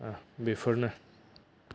बेफोरनो